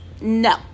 no